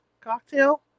Cocktail